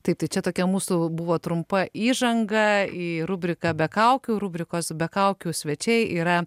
tai čia tokia mūsų buvo trumpa įžanga į rubriką be kaukių rubrikos be kaukių svečiai yra